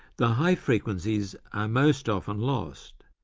the high frequencies are most often lost,